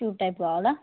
two type కావాలా